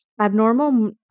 Abnormal